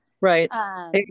right